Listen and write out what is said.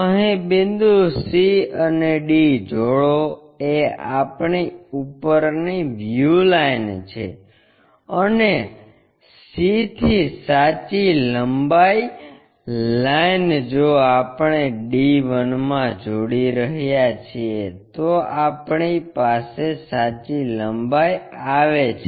અહી બિંદુ c અને d જોડો એ આપણી ઉપરની વ્યૂ લાઈન છે અને c થી સાચી લંબાઈ લાઇન જો આપણે d 1 માં જોડી રહ્યા છીએ તો આ આપણી સાચી લંબાઈ આપે છે